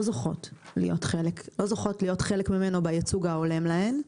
זוכות להיות חלק ממנו בייצוג ההולם להן,